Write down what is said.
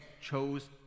chose